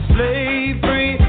Slavery